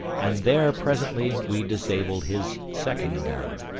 and there presently we disabled his second gun.